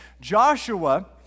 Joshua